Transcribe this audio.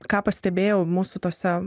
ką pastebėjau mūsų tose